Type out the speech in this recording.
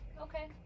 Okay